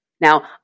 Now